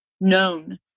known